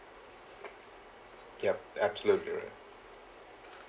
yup absolutely right